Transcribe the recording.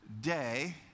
day